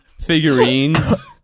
figurines